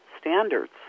standards